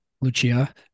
Lucia